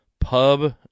Pub